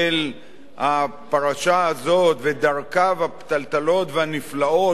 ודרכיו הפתלתלות והנפלאות של השינוי שהיא מגלמת בתוכה,